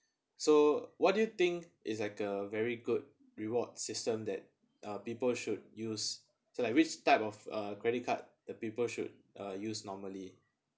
so what do you think it's like a very good reward system that uh people should use so like which type of a credit card the people should uh use normally